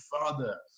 father